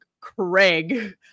Craig